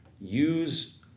use